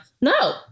No